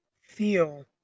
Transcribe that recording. feel